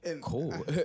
cool